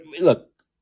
look